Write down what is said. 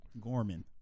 Gorman